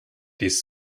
dies